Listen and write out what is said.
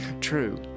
true